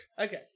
Okay